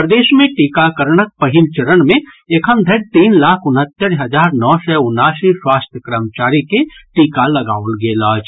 प्रदेश मे टीकाकरणक पहिल चरण मे एखन धरि तीन लाख उनहत्तरि हजार नओ सय उनासी स्वास्थ्य कर्मचारी के टीका लगाओल गेल अछि